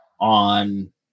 on